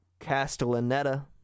Castellaneta